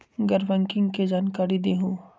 गैर बैंकिंग के जानकारी दिहूँ?